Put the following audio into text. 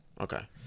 Okay